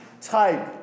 type